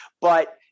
but-